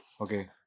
okay